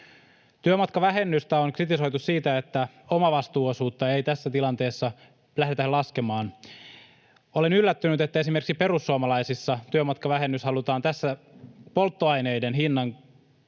Työmatkavähennystä on kritisoitu siitä, että omavastuuosuutta ei tässä tilanteessa lähdetä laskemaan. Olen yllättynyt, että esimerkiksi perussuomalaisissa työmatkavähennys halutaan tässä polttoaineiden hinnan nousemisen